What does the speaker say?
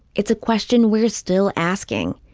it's a question we're still asking.